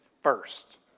first